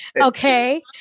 okay